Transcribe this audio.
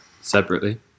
Separately